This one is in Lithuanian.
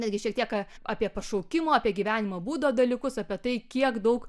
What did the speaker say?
netgi šiek tiek apie pašaukimo apie gyvenimo būdo dalykus apie tai kiek daug